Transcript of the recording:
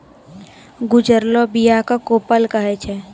गजुरलो बीया क कोपल कहै छै